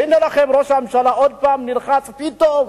והנה לכם, ראש הממשלה עוד פעם נלחץ, פתאום,